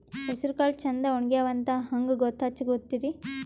ಹೆಸರಕಾಳು ಛಂದ ಒಣಗ್ಯಾವಂತ ಹಂಗ ಗೂತ್ತ ಹಚಗೊತಿರಿ?